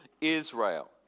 Israel